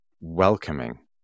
welcoming